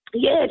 Yes